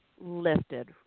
lifted